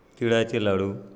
तिळाचे लाडू